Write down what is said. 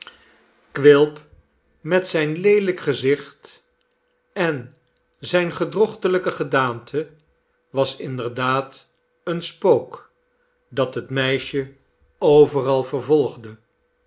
quilp met zijn leelijk gezicht en zijne gedrochtelijke gedaante was inderdaad een spook dat het meisje overal vervolgde